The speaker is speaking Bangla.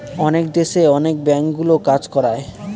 অন্য দেশে অনেক ব্যাঙ্কগুলো কাজ করায়